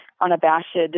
unabashed